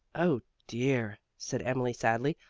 oh, dear! said emily sadly,